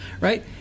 right